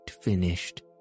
finished